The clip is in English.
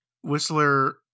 Whistler